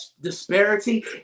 disparity